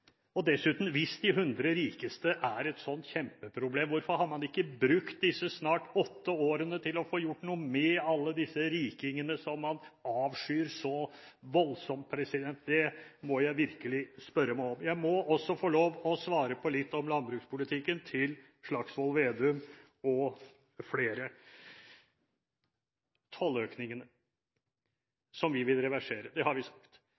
rikeste er et sånt kjempeproblem, hvorfor har man ikke brukt disse snart åtte årene til å få gjort noe med alle disse rikingene som man avskyr så voldsomt? Det må jeg virkelig spørre meg om. Jeg må også få lov å svare på litt om landbrukspolitikken til Slagsvold Vedum og flere. Når det gjelder tolløkningene, som vi vil reversere, det har vi sagt,